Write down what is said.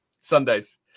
Sundays